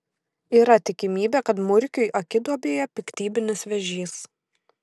yra tikimybė kad murkiui akiduobėje piktybinis vėžys